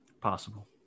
Possible